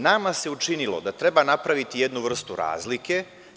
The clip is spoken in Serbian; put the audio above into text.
Nama se učinilo da treba napraviti jednu vrstu razlike.